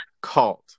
called